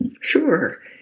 Sure